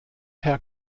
herr